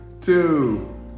two